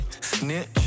Snitch